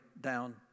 down